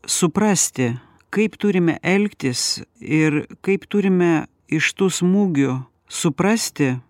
suprasti kaip turime elgtis ir kaip turime iš tų smūgių suprasti